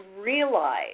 realize